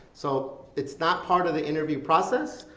so it's not part of the interview process,